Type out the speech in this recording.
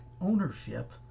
ownership